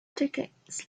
tickets